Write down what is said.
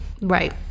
Right